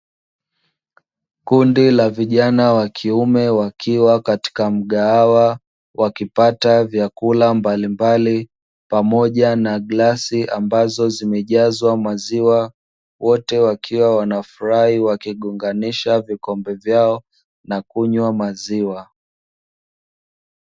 Kundi la vijana wa kiume wakiwa katika mgahawa wakipata vyakula mbalimbali pamoja na glasi ambazo zimejazwa maziwa. Wote wakiwa wanafurahi wakigonganisha vikombe vyao na kunywa maziwa.